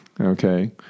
Okay